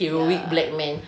ya